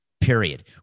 period